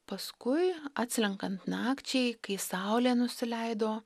paskui atslenkant nakčiai kai saulė nusileido